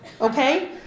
okay